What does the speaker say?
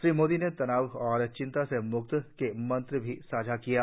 श्री मोदी ने तनाव और चिंता से म्क्ति के मंत्र भी साझा किये